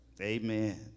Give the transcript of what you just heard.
Amen